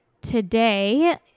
today